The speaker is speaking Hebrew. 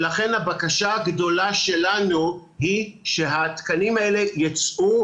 לכן הבקשה הגדולה שלנו היא שהתקנים האלה ייצאו